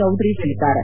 ಚೌಧರಿ ಹೇಳಿದ್ದಾರೆ